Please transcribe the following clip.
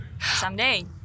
someday